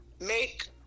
make